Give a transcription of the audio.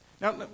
Now